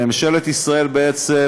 ממשלת ישראל בעצם